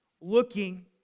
looking